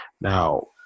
Now